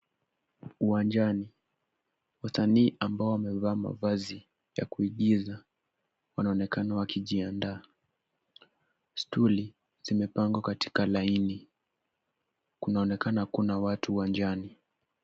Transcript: Uwanjani. Wasanii ambao wamevaa mavazi ya kuigiza wanaonekana wakijiandaa. Stuli zimepangwa katika laini. Kunaonekana kuna watu uwanjani.